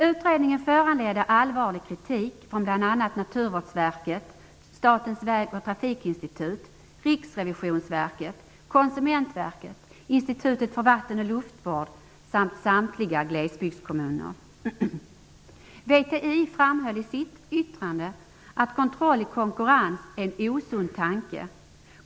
Utredningen föranledde allvarlig kritik från bl.a. VTI framhöll i sitt yttrande att kontroll i konkurrens är en osund tanke.